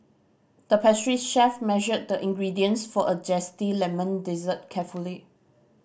the pastry chef measured the ingredients for a zesty lemon dessert carefully